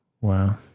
Wow